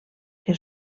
que